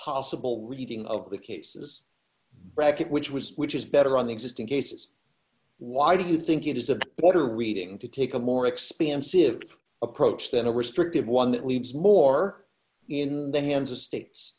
possible reading of the cases bracket which was which is better on the existing cases why do you think it is a water reading to take a more expansive approach than a restrictive one that leaves more in the hands of states